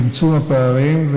צמצום הפערים,